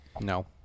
no